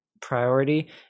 priority